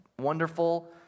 wonderful